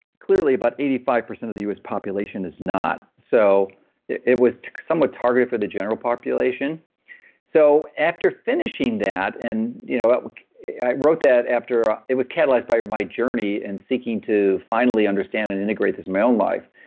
clearly, about eighty five percent of the u s. population is not, so it it was somewhat targeted for the general population so after finishing that, and you know i wrote that after it was catalyzed by my journey in and seeking to finally understand and integrate this in my own life.